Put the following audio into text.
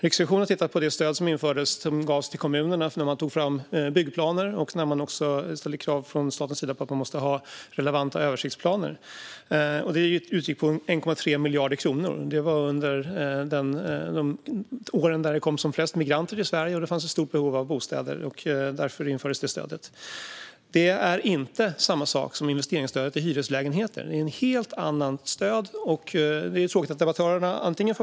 Riksrevisionen har tittat på det stöd som gavs till kommunerna när man tog fram byggplaner och staten ställde krav på att man måste ha relevanta översiktsplaner. Stödet utgick med 1,3 miljarder kronor under åren då det kom som flest migranter till Sverige. Det fanns då ett stort behov av bostäder. Det är inte samma sak som investeringsstödet till hyreslägenheter. Det är ett helt annat stöd. Det är tråkigt att debattörerna blandar ihop två olika stöd.